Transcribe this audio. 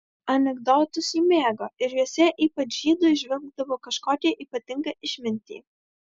anekdotus ji mėgo ir juose ypač žydų įžvelgdavo kažkokią ypatingą išmintį